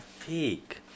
peak